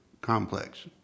complex